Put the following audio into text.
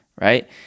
Right